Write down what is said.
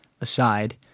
aside